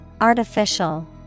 Artificial